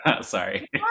sorry